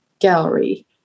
Gallery